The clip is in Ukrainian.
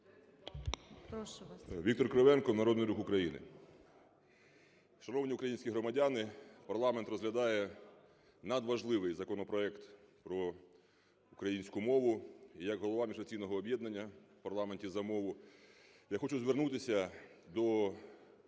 Віктор Кривенко, Народний Рух України. Шановні українські громадяни, парламент розглядає надважливий законопроект про українську мову. І як голова міжфракційного об'єднання в парламенті "За мову" я хочу звернутися до